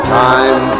time